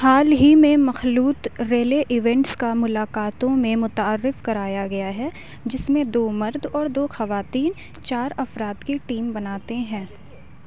حال ہی میں مخلوط ریلے ایونٹس کا ملاقاتوں میں متعارف کرایا گیا ہے جس میں دو مرد اور دو خواتین چار افراد کی ٹیم بناتے ہیں